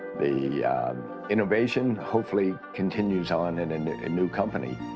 the ah um innovation hopefully continues on and in a new company,